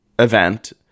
event